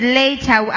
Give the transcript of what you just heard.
later